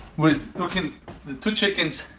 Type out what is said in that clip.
we're cooking the two chickens